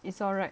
it's alright